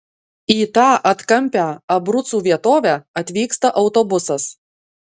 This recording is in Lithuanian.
į tą atkampią abrucų vietovę atvyksta autobusas